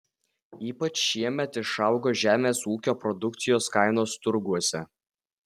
ypač šiemet išaugo žemės ūkio produkcijos kainos turguose